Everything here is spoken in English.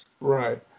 Right